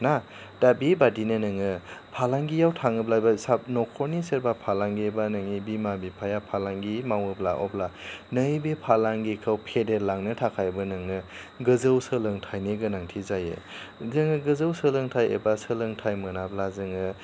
ना दा बेबादिनो नोङो फालांगियाव थाङोब्लाबो साब नखरनि सोरबा फालांगि बा नोंनि बिमा बिफाया फालांगि मावोब्ला अब्ला नैबे फालांगिखौ फेदेरलांनो थाखायबो नोंनो गोजौ सोलोंथाइनि गोनांथि जायो जोङो गोजौ सोलोंथाइ एबा सोलोंथाइ मोनाब्ला जोङो